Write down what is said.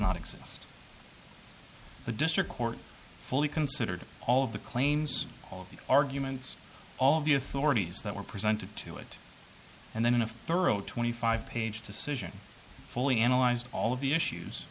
not exist the district court fully considered all of the claims all of the arguments all of the authorities that were presented to it and then in a thorough twenty five page decision fully analyzed all of the issues